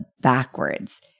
backwards